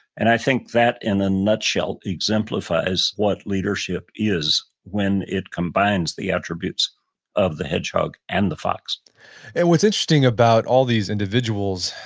and i think that in a nutshell, exemplifies what leadership is when it combines the attributes of the hedgehog and the fox and what's interesting about all these individuals,